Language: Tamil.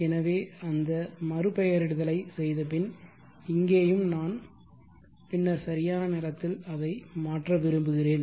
எனவே அந்த மறுபெயரிடுதலைச் செய்தபின் இங்கேயும் நான் பின்னர் சரியான நேரத்தில் அதை மாற்ற விரும்புகிறேன்